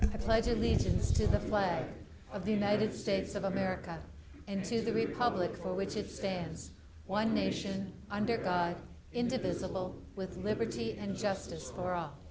i pledge allegiance to the flag of the united states of america and to the republic for which it stands one nation under god indivisible with liberty and justice for